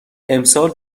امسال